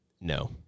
No